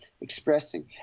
expressing